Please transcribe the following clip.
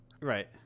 right